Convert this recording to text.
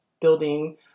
building